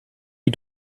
you